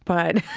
but